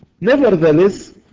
Nevertheless